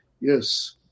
Yes